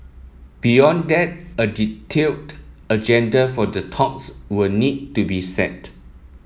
beyond that a detailed agenda for the talks will need to be set